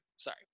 sorry